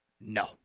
No